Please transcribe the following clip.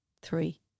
three